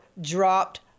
dropped